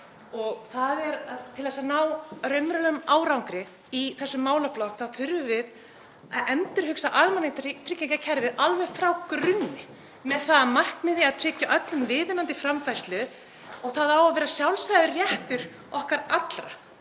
að til að ná raunverulegum árangri í þessum málaflokki þurfum við að endurhugsa almannatryggingakerfið alveg frá grunni með það að markmiði að tryggja öllum viðunandi framfærslu. Það á að vera sjálfsagður réttur okkar allra